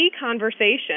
conversation